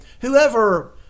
whoever